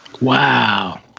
Wow